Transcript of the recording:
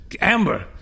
Amber